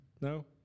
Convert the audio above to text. No